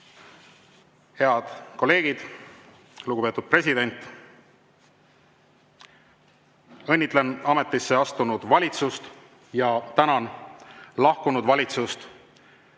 Head kolleegid! Lugupeetud president! Õnnitlen ametisse astunud valitsust ja tänan lahkunud valitsust